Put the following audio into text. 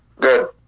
Good